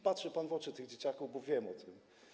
Patrzy pan w oczy tych dzieciaków, wiem o tym.